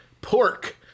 pork